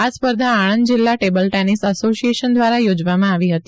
આ સ્પર્ધા આણંદ જિલ્લા ટેબલ ટેનિસ એસોસિએશન દ્વારા યોજવામાં આવી હતી